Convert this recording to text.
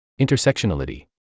Intersectionality